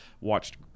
watched